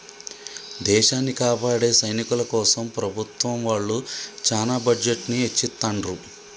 దేశాన్ని కాపాడే సైనికుల కోసం ప్రభుత్వం వాళ్ళు చానా బడ్జెట్ ని ఎచ్చిత్తండ్రు